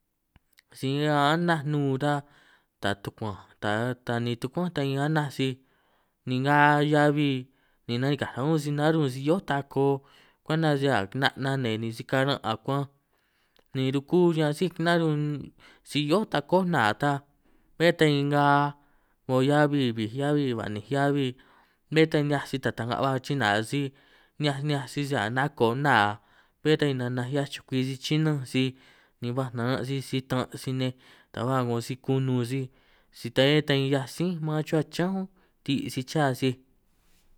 Si ñan anaj nun ta tukuanj ta tanin tukuán ta ñan anaj sij, ni nnga heabi ni nanikaj ún sij narún' sij hio'ó tako, kwenta si a' 'na' nanee ni si karan' akuanj, ni ruku ñan síj narún ñún sij hio'ó takó nna ta bé ta in nnga 'ngo huij heabi, hua'ninj heabi, bé ta 'hiaj sij taj ta'nga ba china sij ni'hiaj ni'hiaj sij sisi ka' nako nna, bé ta ni nanaj 'hiaj chukwi sij chinanj sij ni baj naran' sij sitan' sij nej ta ba 'ngo si kunun sij, si ta bé ta 'hiaj sí man chuhua chiñán únj ri sij cha sij,